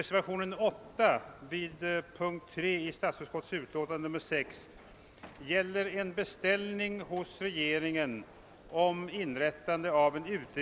Herr talman!